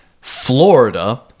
Florida